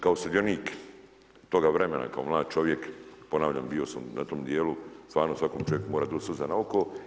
Kao sudionik toga vremena, kao mlad čovjek, ponavljam, bio sam na tom dijelu, stvarno svakom čovjeku mora doći suza na oko.